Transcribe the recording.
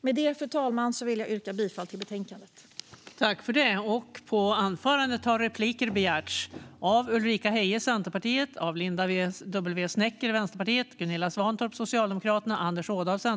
Med detta, fru talman, vill jag yrka bifall till förslaget i betänkandet.